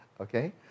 Okay